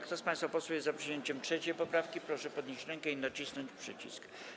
Kto z państwa posłów jest za przyjęciem 3. poprawki, proszę podnieść rękę i nacisnąć przycisk.